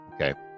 okay